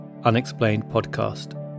unexplainedpodcast